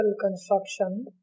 construction